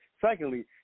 Secondly